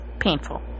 Painful